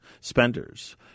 spenders